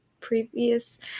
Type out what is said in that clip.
previous